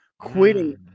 Quitting